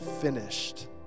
finished